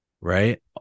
right